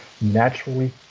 naturally